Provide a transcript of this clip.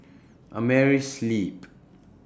Ameri Sleep